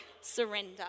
surrender